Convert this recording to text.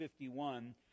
51